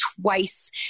twice